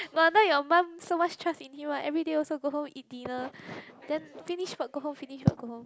no wonder your mum so much trust in him ah everyday also go home eat dinner then finish work go home finish work go home